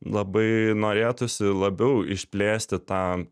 labai norėtųsi labiau išplėsti tą